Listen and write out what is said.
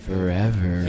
Forever